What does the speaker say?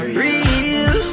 real